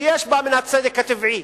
שיש בה מן הצדק הטבעי.